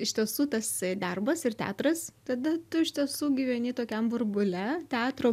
iš tiesų tas darbas ir teatras tada tu iš tiesų gyveni tokiam burbule teatro